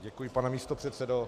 Děkuji, pane místopředsedo.